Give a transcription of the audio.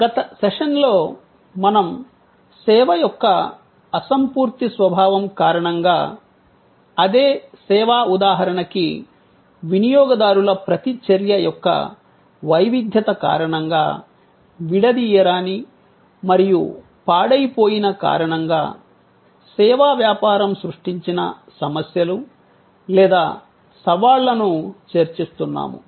గత సెషన్లో మనం సేవ యొక్క అసంపూర్తి స్వభావం కారణంగా అదే సేవా ఉదాహరణకి వినియోగదారుల ప్రతిచర్య యొక్క వైవిధ్యత కారణంగా విడదీయరాని మరియు పాడైపోయిన కారణంగా సేవా వ్యాపారం సృష్టించిన సమస్యలు లేదా సవాళ్లను చర్చిస్తున్నాము